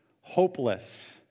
hopeless